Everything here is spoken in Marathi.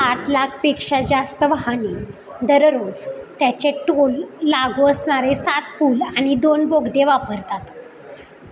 आठ लाखपेक्षा जास्त वाहने दररोज त्याचे टोल लागू असणारे सात पूल आणि दोन बोगदे वापरतात